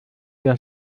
der